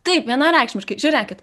taip vienareikšmiškai žiūrėkit